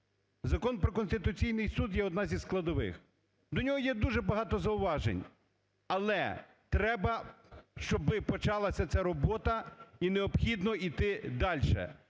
Закон про Конституційний Суд є одна зі складових. До нього є дуже багато зауважень. Але треба, щоб почалась ця робота і необхідно йти далі.